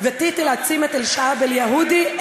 ירושלים הייתה בירת העם היהודי ותישאר בירת העם היהודי.)